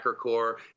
core